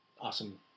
awesome